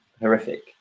horrific